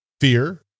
fear